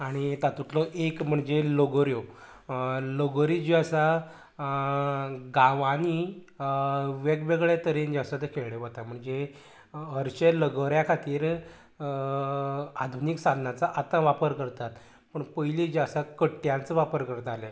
आनी तातूंतलो एक म्हणजे लोगोऱ्यो लोगोरी जो आसा गांवांनी वेगवेगळे तरेन जे आसा खेळले वता म्हणजे हरशे लोगोऱ्यां खातीर आधुनीक साधनांचो आता वापर करतात पूण पयलीं जे आसा कट्ट्यांचो वापर करताले